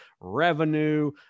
revenue